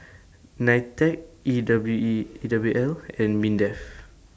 NITEC E W E E W L and Mindef